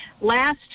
last